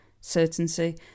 certainty